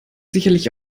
sicherlich